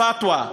פתווה,